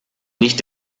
nicht